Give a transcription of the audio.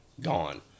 gone